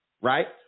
right